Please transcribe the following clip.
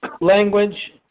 language